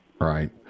right